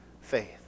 faith